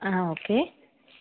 ആ ഓക്കെ